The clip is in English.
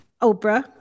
Oprah